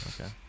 Okay